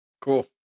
Cool